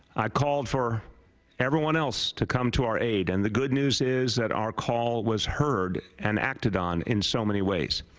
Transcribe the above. call for everyone else to come to our aid and the good news is our call was heard and acted on in so many ways.